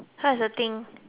what's the thing